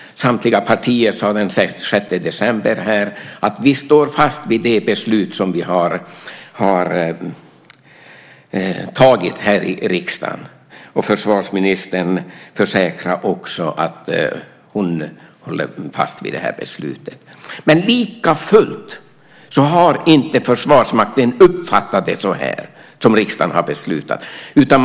Samtliga partier sade den 6 december här att vi står fast vid det beslut som vi har tagit i riksdagen. Försvarsministern försäkrar också att hon håller fast vid det här beslutet. Likafullt har Försvarsmakten inte uppfattat det riksdagen har beslutat så här.